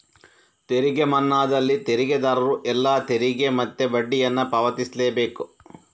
ತೆರಿಗೆ ಮನ್ನಾದಲ್ಲಿ ತೆರಿಗೆದಾರರು ಎಲ್ಲಾ ತೆರಿಗೆ ಮತ್ತೆ ಬಡ್ಡಿಯನ್ನ ಪಾವತಿಸ್ಲೇ ಬೇಕು